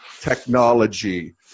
technology